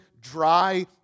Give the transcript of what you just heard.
dry